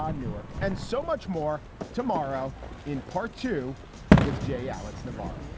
um newark and so much more tomorrow in part two with jay, alex navarro